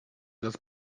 das